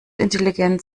intelligent